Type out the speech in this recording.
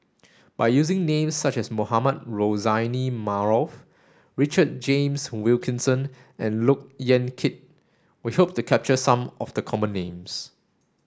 by using names such as Mohamed Rozani Maarof Richard James Wilkinson and Look Yan Kit we hope to capture some of the common names